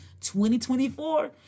2024